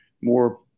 more